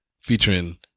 featuring